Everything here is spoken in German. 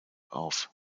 auf